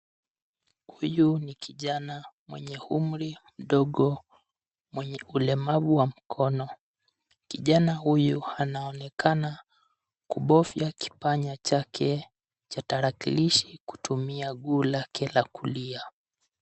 Huyu ni kijana mwenye umri mdogo mwenye ulemavu wa mkono. Kijana huyu anaonekana kubofya kipanya chake cha tarakilishi kutumia guu lake la kulia.